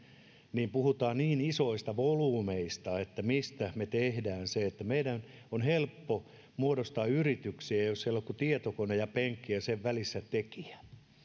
niin puhutaan niin isoista volyymeista että mistä me sen teemme meidän on helppo muodostaa yrityksiä jos siellä ei ole kuin tietokone ja penkki ja sen välissä tekijä